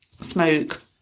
smoke